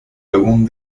algún